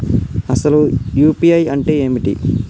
అసలు యూ.పీ.ఐ అంటే ఏమిటి?